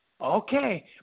Okay